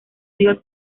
río